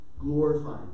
glorifying